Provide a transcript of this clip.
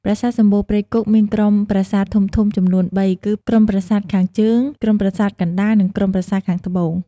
ប្រាសាទសំបូរព្រៃគុកមានក្រុមប្រាសាទធំៗចំនួនបីគឺ ក្រុមប្រាសាទខាងជើង ក្រុមប្រាសាទកណ្ដាល និងក្រុមប្រាសាទខាងត្បូង។